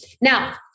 Now